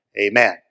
amen